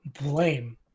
Blame